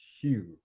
huge